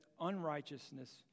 unrighteousness